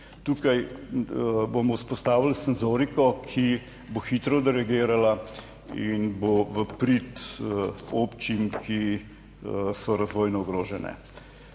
Tukaj bomo vzpostavili senzoriko, ki bo hitro odreagirala in bo v prid občin, ki so razvojno ogrožene.